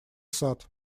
сад